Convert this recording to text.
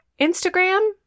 Instagram